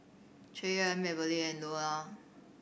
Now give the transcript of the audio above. Cheyanne Marybelle and Loula